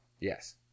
Yes